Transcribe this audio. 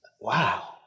wow